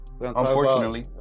unfortunately